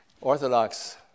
Orthodox